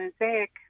Mosaic